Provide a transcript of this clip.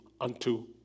unto